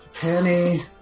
Penny